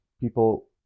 people